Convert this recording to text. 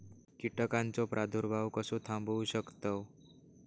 कीटकांचो प्रादुर्भाव कसो थांबवू शकतव?